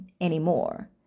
anymore